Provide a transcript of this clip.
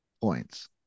points